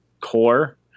core